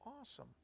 awesome